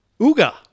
Uga